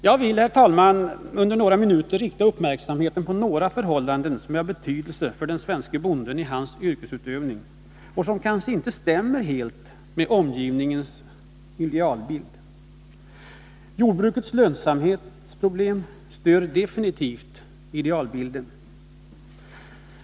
Jag vill, herr talman, under några minuter rikta uppmärksamheten på några förhållanden som är av betydelse för den svenske bonden i hans yrkesutövning och som kanske inte helt stämmer med omgivningens idealbild. Jordbrukets lönsamhetsproblem stör absolut idealbilden.